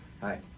Hi